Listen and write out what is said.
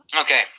Okay